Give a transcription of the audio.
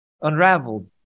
unraveled